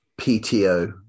PTO